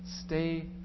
Stay